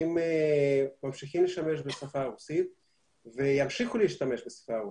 אנשים ממשיכים להשתמש בשפה הרוסית וימשיכו להשתמש בשפה הרוסית.